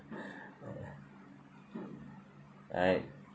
alright